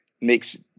makes